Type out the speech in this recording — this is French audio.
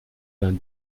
vingt